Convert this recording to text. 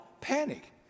panic